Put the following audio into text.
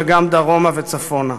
וגם דרומה וצפונה.